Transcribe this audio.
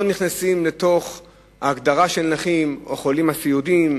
לא נכנסים להגדרה של נכים, או החולים הסיעודיים.